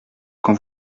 quand